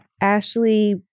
Ashley